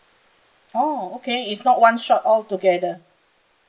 oh okay it's not one shot all together